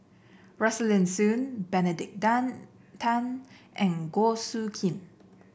Rosaline Soon Benedict Dan Tan and Goh Soo Khim